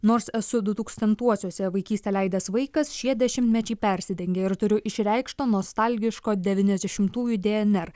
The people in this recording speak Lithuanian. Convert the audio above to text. nors esu dutūkstantuosiuose vaikystę leidęs vaikas šie dešimtmečiai persidengia ir turiu išreikšto nostalgiško devyniasdešimtųjų dnr